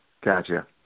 Gotcha